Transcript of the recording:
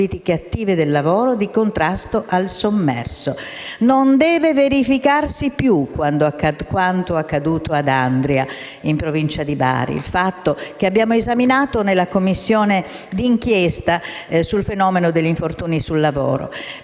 Non deve verificarsi più quanto accaduto ad Andria, fatto che abbiamo esaminato nella Commissione di inchiesta sul fenomeno degli infortuni sul lavoro: